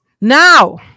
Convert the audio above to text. Now